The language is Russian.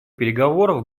переговоров